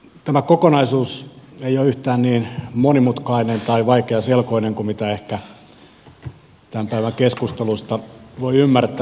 tämä kokonaisuus ei ole yhtään niin monimutkainen tai vaikeaselkoinen kuin mitä ehkä tämän päivän keskusteluista voi ymmärtää